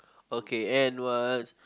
okay and words